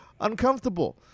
uncomfortable